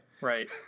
Right